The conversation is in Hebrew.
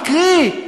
מקרי.